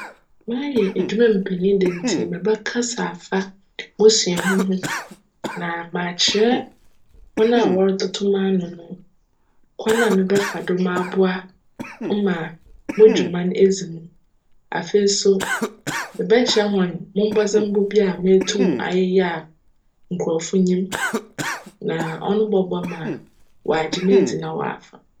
M'ayj edwuma mu panyin da ntsi, mebjkasa afa mo suahun ho na m'akyerj hcn a wcrototo m'ano no kwan a mebjfa do m'aboa mma mo dwuma no edzi mu. Afei so, mebjkyerj hcn mo mbcdzembc bi a meetum ayeyjj a nkorcfo nyim na cno bcboa ma wcagye me edzi na wcafa me.